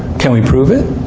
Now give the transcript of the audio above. can we prove it?